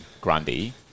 Grundy